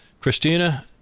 Christina